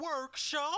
workshop